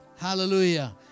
Hallelujah